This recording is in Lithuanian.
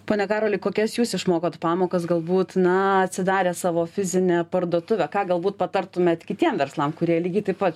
pone karoli kokias jūs išmokot pamokas galbūt na atsidaręs savo fizinę parduotuvę ką galbūt patartumėt kitiem verslam kurie lygiai taip pat